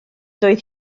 doedd